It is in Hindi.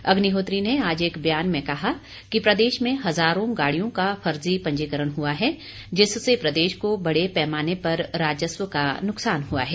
अग्निहोत्री ने आज एक बयान में कहा कि प्रदेश में हजारों गाड़ियों का फर्जी पंजीकरण हुआ है जिससे प्रदेश को बड़े पैमाने पर राजस्व का नुकसान हुआ है